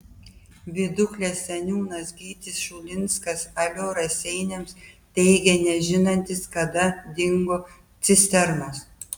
viduklės seniūnas gytis šulinskas alio raseiniams teigė nežinantis kada dingo cisternos